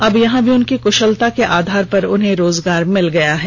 अब यहां भी उनकी कुषलता के आधार पर उन्हें रोजगार मिल गया है